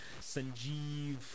Sanjeev